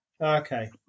Okay